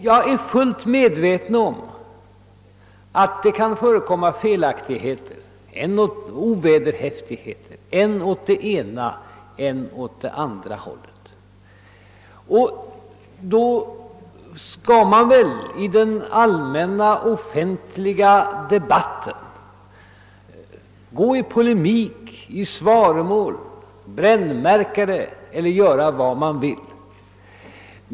Jag är fullt medveten om att det kan förekomma felaktigheter eller ovederhäftigheter än åt det ena, än åt det andra hållet, och då skall man väl i den allmänna, offentliga debatten gå i polemik, i svaromål, och brännmärka felaktigheterna eller vad det nu kan bli fråga om.